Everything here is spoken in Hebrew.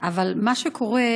אבל מה שקורה,